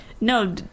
No